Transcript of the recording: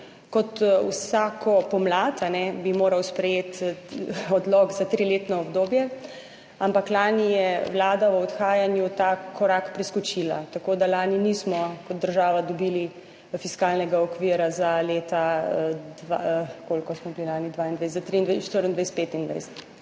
Kot vsako pomlad, a ne, bi moral sprejeti odlok za triletno obdobje. Ampak lani je Vlada v odhajanju ta korak preskočila. Tako da lani nismo kot država dobili fiskalnega okvira za leta -koliko smo bili lani? – za 2024-2025.